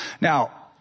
Now